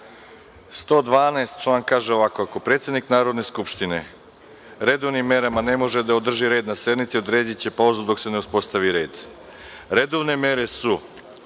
112. član kaže ovako – ako predsednik Narodne skupštine redovnim merama ne može da održi sednici odrediće pauzu dok se ne uspostavi red. Redovne mere su: